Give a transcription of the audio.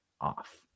off